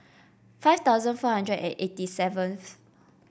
five thousand four hundred and eighty seventh